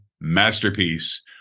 Masterpiece